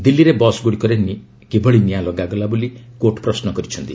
ଦିଲ୍ଲୀରେ ବସ୍ଗୁଡ଼ିକରେ କିଭଳି ନିଆଁ ଲଗାଗଲା ବୋଲି କୋର୍ଟ୍ ପ୍ରଶ୍ନ କରିଛନ୍ତି